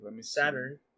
Saturn